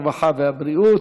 הרווחה והבריאות.